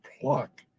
pluck